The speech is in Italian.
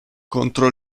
contro